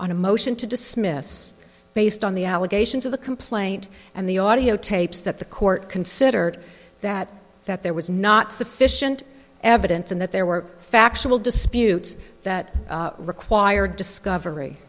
a motion to dismiss based on the allegations of the complaint and the audiotapes that the court considered that that there was not sufficient evidence and that there were factual disputes that required discovery